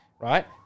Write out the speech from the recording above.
right